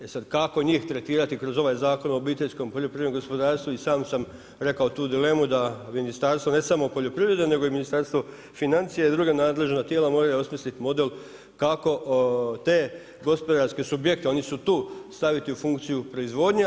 E sada, kako njih tretirati kroz ovaj Zakon o obiteljskom poljoprivrednom gospodarstvu i sam sam rekao tu dilemu da Ministarstvo ne samo poljoprivrede, nego i Ministarstvo financija i druga nadležna tijela moraju osmisliti model kako te gospodarske subjekte, oni su tu, staviti u funkciju proizvodnje.